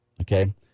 okay